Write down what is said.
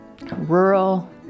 rural